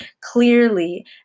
clearly